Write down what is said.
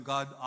God